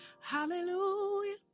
Hallelujah